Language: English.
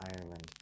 Ireland